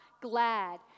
glad